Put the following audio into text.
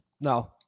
No